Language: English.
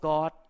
God